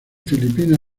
filipina